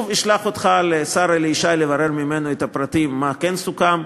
אשלח אותך לשר אלי ישי לברר אצלו את הפרטים מה כן סוכם,